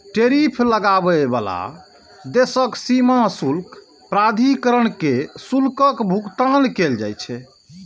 tariff लगाबै बला देशक सीमा शुल्क प्राधिकरण कें शुल्कक भुगतान कैल जाइ छै